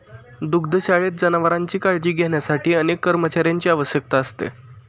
दुग्धशाळेत जनावरांची काळजी घेण्यासाठी अनेक कर्मचाऱ्यांची आवश्यकता असते